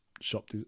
shop